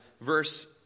verse